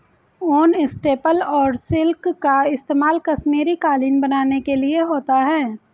ऊन, स्टेपल और सिल्क का इस्तेमाल कश्मीरी कालीन बनाने के लिए होता है